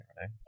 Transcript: right